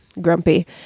grumpy